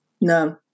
no